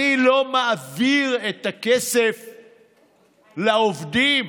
אני לא מעביר את הכסף לעובדים.